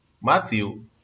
Matthew